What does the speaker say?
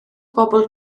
bobol